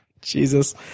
jesus